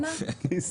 באת מאוחר.